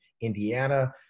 Indiana